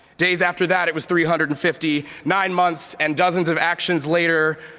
days after that, it was three hundred and fifty. nine months and dozens of actions later,